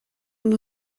und